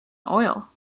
oil